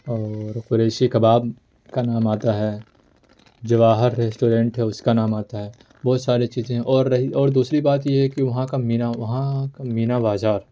اور قریشی کباب کا نام آتا ہے جواہر ریسٹورنٹ ہے اس کا نام آتا ہے بہت سارے چیزیں ہیں اور رہی اور دوسری بات یہ ہے کہ وہاں کا مینا وہاں کا مینا بازار